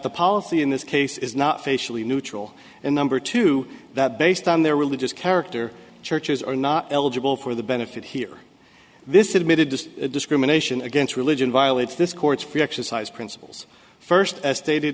the policy in this case is not facially neutral and number two that based on their religious character churches are not eligible for the benefit here this is admitted to discrimination against religion violates this court's free exercise principles first